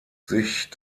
sich